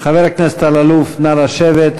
חבר הכנסת אלאלוף, נא לשבת.